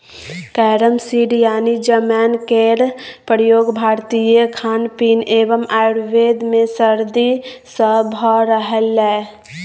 carrom seed यानी जमैन केर प्रयोग भारतीय खानपीन एवं आयुर्वेद मे सदियों सँ भ रहलैए